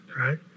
right